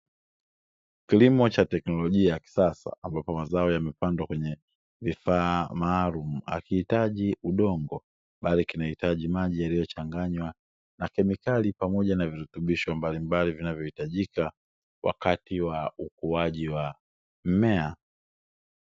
Kilimo cha teknolojia ya kisasa ambapo mazao yamepandwa kwenye vifaa maalumu. Akihitaji udongo bali kinahitaji maji yaliyochanganywa na kemikali pamoja na virutubisho mbalimbali, vinavyohitajika wakati wa ukuaji wa mmea.